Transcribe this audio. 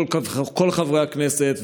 כל חברי הכנסת,